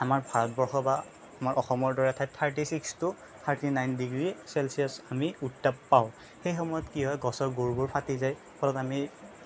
আমাৰ ভাৰতবৰ্ষ বা আমাৰ অসমৰ দৰে ঠাইত thirty six to thirty nine degree Celsius আমি উত্তাপ পাওঁ সেই সময়ত কি হয় গছৰ গুৰিবোৰ ফাটি যায় ফলত আমি